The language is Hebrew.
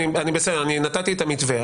נתתי את המתווה.